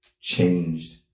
changed